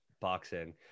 boxing